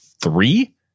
three